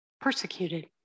persecuted